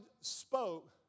spoke